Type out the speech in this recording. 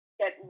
get